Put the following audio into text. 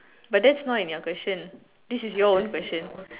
but that's not in your question this is your own question